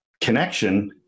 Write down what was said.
connection